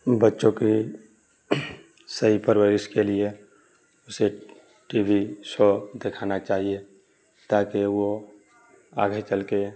بچوں کی صحیح پرورش کے لیے اسے ٹی وی شو دکھانا چاہیے تاکہ وہ آگے چل کے